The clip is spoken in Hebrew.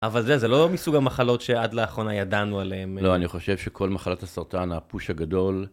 אבל זה, זה לא מסוג המחלות שעד לאחרונה ידענו עליהם. לא, אני חושב שכל מחלת הסרטן, הפוש הגדול...